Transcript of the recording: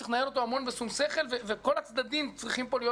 צריך לנהל אותו בשום שכל וכל הצדדים צריכים פה להיות